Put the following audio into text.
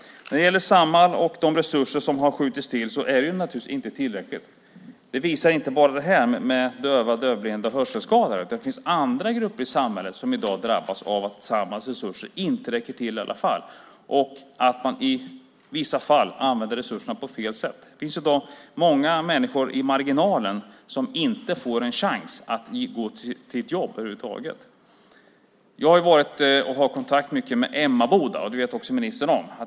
När det gäller Samhall och de resurser som har skjutits till är det naturligtvis inte tillräckligt. Det visar inte bara det här med döva, dövblinda och hörselskadade. Det finns andra grupper i samhället som i dag drabbas av att Samhalls resurser inte räcker till i alla fall och att man i vissa fall använder resurserna på fel sätt. Det finns många människor i marginalen som inte får en chans att gå till ett jobb över huvud taget. Jag har mycket kontakt med Emmaboda. Det vet ministern om.